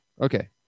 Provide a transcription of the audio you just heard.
Okay